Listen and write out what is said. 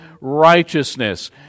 righteousness